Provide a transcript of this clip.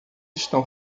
estão